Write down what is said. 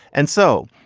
and so,